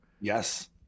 Yes